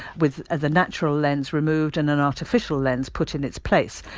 with the natural lens removed and an artificial lens put in its place.